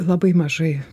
labai mažai